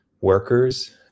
workers